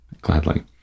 Gladly